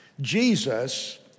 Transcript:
Jesus